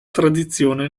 tradizione